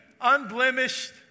unblemished